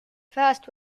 fast